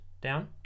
down